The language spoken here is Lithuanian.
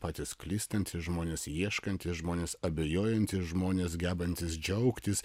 patys klystantys žmonės ieškantys žmonės abejojantys žmonės gebantys džiaugtis